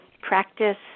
practice